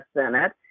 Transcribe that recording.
Senate